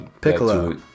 Piccolo